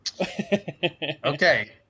Okay